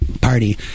party